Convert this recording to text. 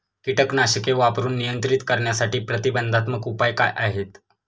कीटकनाशके वापरून नियंत्रित करण्यासाठी प्रतिबंधात्मक उपाय काय आहेत?